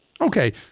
Okay